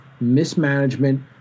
mismanagement